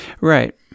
Right